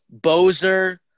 Bozer